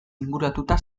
inguratuta